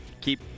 keep